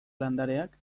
landareak